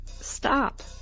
Stop